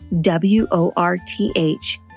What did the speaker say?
W-O-R-T-H